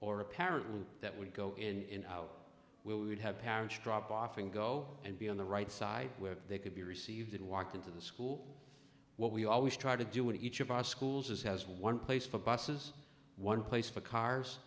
apparently that would go in we would have parents drop off and go and be on the right side where they could be received and walked into the school what we always try to do in each of our schools is has one place for buses one place for cars